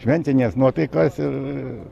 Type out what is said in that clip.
šventinės nuotaikos ir